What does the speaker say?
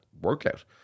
workout